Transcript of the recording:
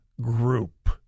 group